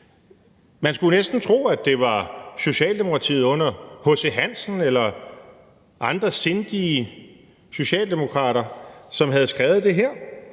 Man skulle næsten tro, at det var Socialdemokratiet under H.C. Hansen eller andre sindige socialdemokrater, som havde skrevet det her,